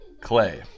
Clay